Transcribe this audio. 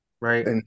Right